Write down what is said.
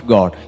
God